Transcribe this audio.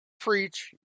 preach